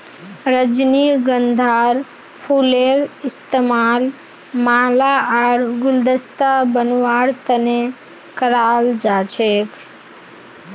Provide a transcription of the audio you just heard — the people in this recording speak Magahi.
रजनीगंधार फूलेर इस्तमाल माला आर गुलदस्ता बनव्वार तने कराल जा छेक